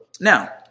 Now